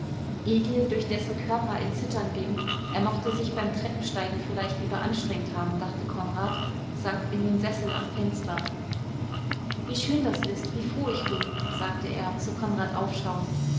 egil durch dessen körper ein zittern ging er mochte sich beim treppensteigen vielleicht überanstrengt haben dachte konrad sank in den sessel am fenster wie schön das ist wie froh ich bin sagte er zu konrad aufschauend